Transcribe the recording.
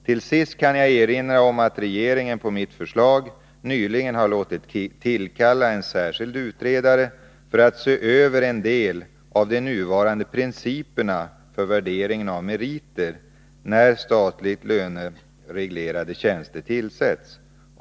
Till sist kan jag erinra om att regeringen på mitt förslag nyligen har låtit tillkalla en särskild utredare för att se över en del av de nuvarande principerna för värderingen av meriter, när statligt lönereglerade tjänster tillsätts.